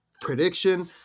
prediction